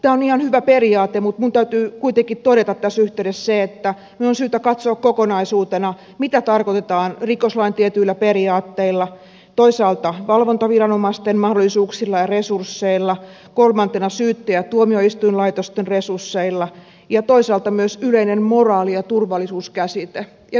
tämä on ihan hyvä periaate mutta minun täytyy kuitenkin todeta tässä yhteydessä se että meidän on syytä katsoa kokonaisuutena mitä tarkoitetaan rikoslain tietyillä periaatteilla toisaalta valvontaviranomaisten mahdollisuuksilla ja resursseilla syyttäjä ja tuomioistuinlaitosten resursseilla ja toisaalta myös yleisellä moraali ja turvallisuuskäsitteellä